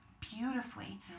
beautifully